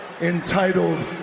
entitled